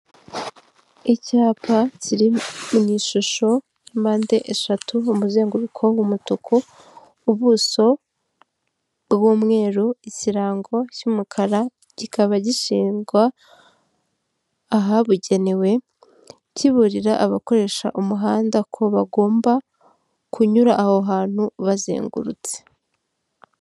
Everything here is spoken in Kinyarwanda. Icyapa kiri mu ishusho ya mpande eshatu mu muzenguruko w'umutuku, ubuso bw'umweru, ikirango cy'umukara kikaba gishingwa ahabugenewe kiburira abakoresha umuhanda ko bagomba kunyura aho hantu bazengurutse.